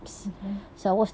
betul